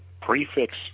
prefix